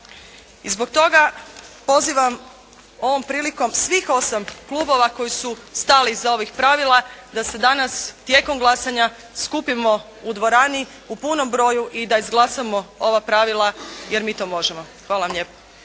I zbog toga pozivam ovom prilikom svih osam klubova koji su stali iza ovih pravila, da se danas tijekom glasanja skupimo u dvorani u punom broju i da izglasamo ova pravila jer mi to možemo. Hvala vam lijepo.